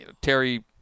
Terry